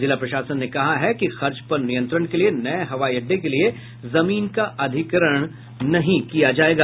जिला प्रशासन ने कहा है कि खर्च पर नियंत्रण के लिए नये हवाई अड्डे के लिए जमींन का अधिग्रहण नहीं किया जायेगा